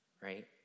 right